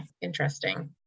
Interesting